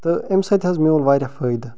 تہٕ امہِ سۭتۍ حظ میوٗل وارِیاہ فٲیدٕ